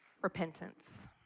Repentance